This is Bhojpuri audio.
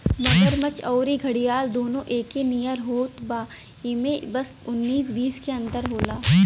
मगरमच्छ अउरी घड़ियाल दूनो एके नियर होत बा इमे बस उन्नीस बीस के अंतर होला